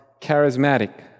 charismatic